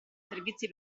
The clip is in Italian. servizi